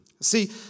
See